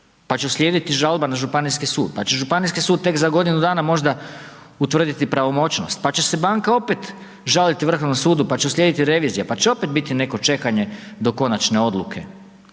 pa će slijediti žalba na Županijski sud, pa će Županijski sud tek za godinu dana možda utvrditi pravomoćnost, pa će se banka opet žaliti Vrhovnom sudu pa će uslijediti revizija, pa će opet biti neko čekanje do konačne odluke.